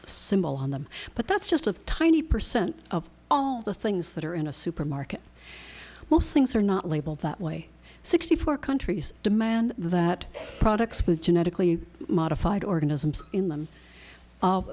symbol on them but that's just a tiny percent of all the things that are in a supermarket most things are not labeled that way sixty four countries demand that products with genetically modified organisms in them